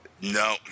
No